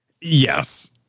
Yes